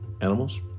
animals